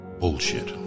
bullshit